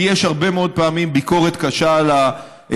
לי יש הרבה מאוד פעמים ביקורת קשה על הפרקליטות,